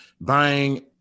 buying